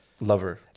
lover